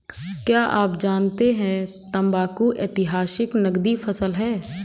क्या आप जानते है तंबाकू ऐतिहासिक नकदी फसल है